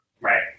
Right